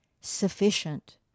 sufficient